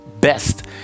best